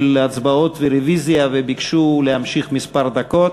הצבעות ורוויזיה וביקשו להמשיך כמה דקות,